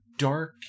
dark